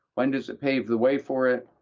when does it pave the way for it?